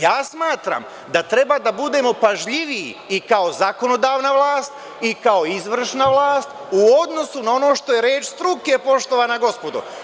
Ja smatram da treba da budemo pažljiviji i kao zakonodavna vlast i kao izvršna vlast u odnosu na ono što je reč struke, poštovana gospodo.